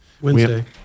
Wednesday